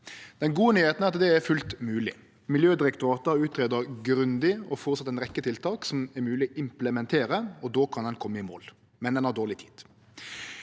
Den gode nyheita er at det er fullt mogleg. Miljødirektoratet har utgreidd grundig og føreslått ei rekkje tiltak som er moglege å implementere, og då kan ein kome i mål – men ein har dårleg tid.